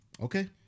Okay